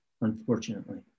unfortunately